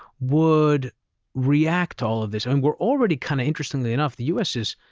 would react to all of this. we're already, kind of interestingly enough, the us is,